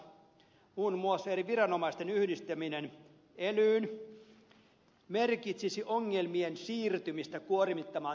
muun muassa eri viranomaisten yhdistäminen elyyn merkitsisi ongelmien siirtymistä kuormittamaan tuomioistuimia